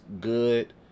good